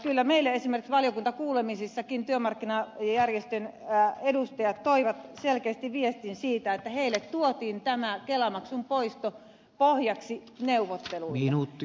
kyllä meille esimerkiksi valiokuntakuulemisissakin työmarkkinajärjestöjen edustajat toivat selkeästi viestin siitä että heille tuotiin tämä kelamaksun poisto pohjaksi neuvotteluille